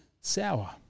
sour